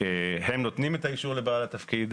הם נותנים את האישור לבעל התפקיד,